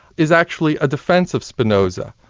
is actually a defence of spinoza.